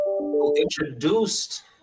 introduced